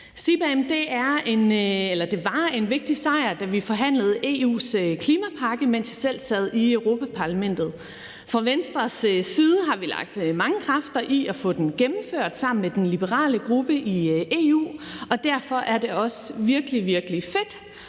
CBAM var en vigtig sejr, da vi forhandlede EU's klimapakke, mens jeg selv sad i Europa-Parlamentet. Fra Venstres side har vi lagt mange kræfter i at få den gennemført sammen med den liberale gruppe i EU. Derfor er det også virkelig, virkelig fedt